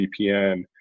VPN